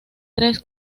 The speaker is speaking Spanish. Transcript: tres